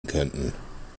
könnten